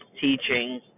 teaching